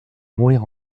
mourir